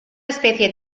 especie